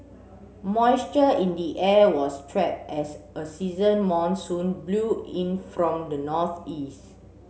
moisture in the air was trapped as a season monsoon blew in from the northeast